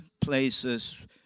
places